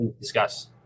discuss